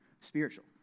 spiritual